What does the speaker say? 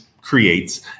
creates